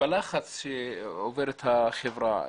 ובלחץ שעוברת החברה.